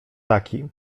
taki